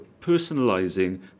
personalizing